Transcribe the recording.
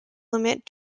limit